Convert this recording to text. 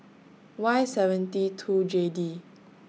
Y seven T two J D